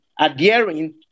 adhering